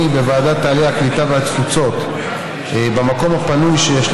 אבל לפחות למפא"י הייתה דרך.